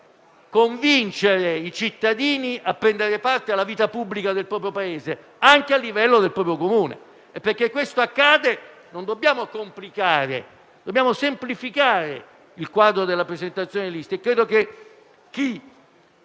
convincere i cittadini a prendere parte alla vita pubblica del nostro Paese, anche al livello del proprio Comune e, perché ciò accada, non dobbiamo complicare, ma semplificare il quadro normativo per la presentazione delle liste. Credo che lo